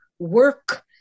Work